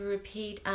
Repeat